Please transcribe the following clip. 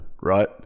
right